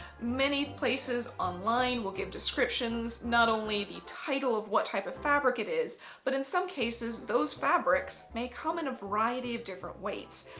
many places online will give descriptions not only the title of what type of fabric it is but in some cases those fabrics may come in a variety of different weights.